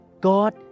God